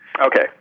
Okay